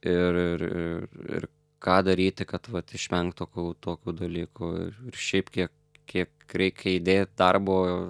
ir ir ir ir ką daryti kad vat išvengt tokių tokių dalykų ir ir šiaip kiek kiek reikia įdėt darbo